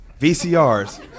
VCRs